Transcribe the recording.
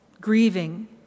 grieving